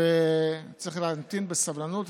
צריך להמתין בסבלנות,